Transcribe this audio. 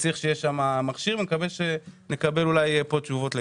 מקווה שנקבל אולי פה תשובות.